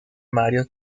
mario